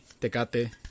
Tecate